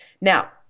Now